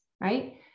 right